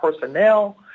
personnel